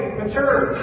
mature